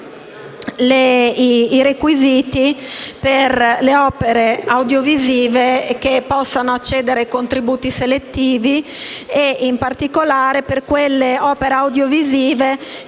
i requisiti per le opere audiovisive che possono accedere ai contributi selettivi e in particolare per quelle opere audiovisive